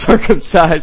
circumcised